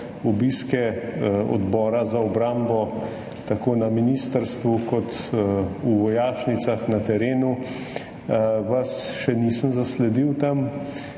obiske Odbora za obrambo tako na ministrstvu kot v vojašnicah na terenu, vas še nisem zasledil tam.